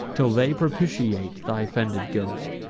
till they propitiate thy offended ghost,